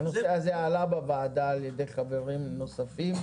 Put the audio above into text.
הנושא הזה עלה בוועדה על ידי חברים נוספים,